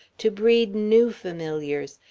to breed new familiars,